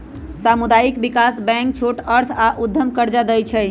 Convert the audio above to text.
सामुदायिक विकास बैंक छोट अर्थ आऽ उद्यम कर्जा दइ छइ